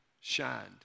shined